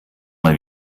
mal